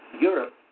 Europe